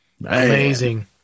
Amazing